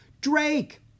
Drake